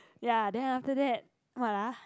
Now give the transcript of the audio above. ya then after that what ah